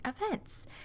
events